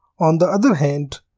on the other hand,